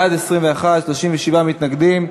בעד, 21, 37 מתנגדים,